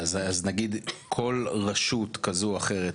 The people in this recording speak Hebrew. אז נגיד כל רשות כזו או אחרת,